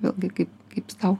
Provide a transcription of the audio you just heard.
vėlgi kaip kaip sau